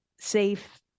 safe